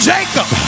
Jacob